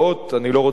אני לא רוצה שיהיו,